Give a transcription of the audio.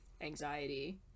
anxiety-